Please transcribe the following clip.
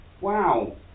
wow